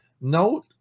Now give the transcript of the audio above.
Note